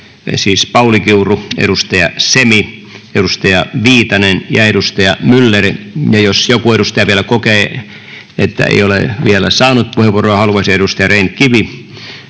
Pauli Kiuru, edustaja Semi, edustaja Viitanen ja edustaja Myller. Ja jos joku edustaja vielä kokee, että ei ole vielä saanut puheenvuoroa ja haluaisi... — Jaaha, näillä